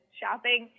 shopping